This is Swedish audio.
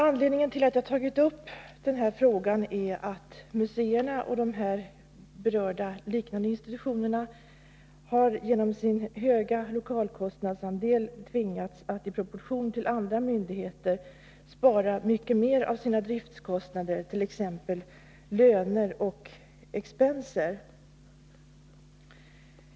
Anledningen till att jag har tagit upp den här frågan är att museerna och de här berörda liknande institutionerna genom sin höga lokalkostnadsandel har tvingats att spara mycket mer av sina driftkostnader, t.ex. löner och expenser, än andra myndigheter, proportionellt sett.